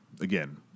again